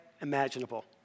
imaginable